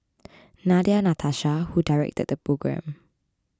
Nadia Natasha who directed the programme